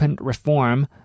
reform